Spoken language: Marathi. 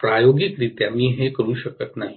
प्रायोगिकरित्या मी हे करू शकत नाही